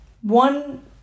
One